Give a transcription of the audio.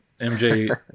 MJ